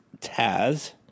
Taz